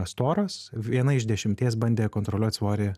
storos viena iš dešimties bandė kontroliuot svorį